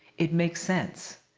it makes sense,